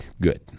good